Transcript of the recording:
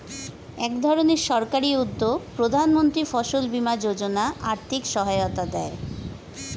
একধরনের সরকারি উদ্যোগ প্রধানমন্ত্রী ফসল বীমা যোজনা আর্থিক সহায়তা দেয়